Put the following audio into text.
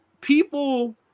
people